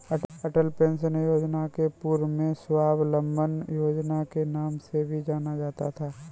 अटल pension योजना को पूर्व में स्वाबलंबन योजना के नाम से भी जाना जाता था